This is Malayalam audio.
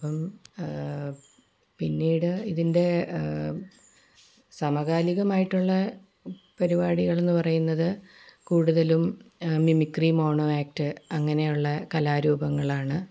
അപ്പം പിന്നീട് ഇതിൻ്റെ സമകാലികമായിട്ടുള്ള പരിപാടികളെന്ന് പറയുന്നത് കൂടുതലും മിമിക്രി മോണോ ആക്ട് അങ്ങനെയുള്ള കലാരൂപങ്ങളാണ്